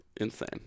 Insane